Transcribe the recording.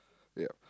yeah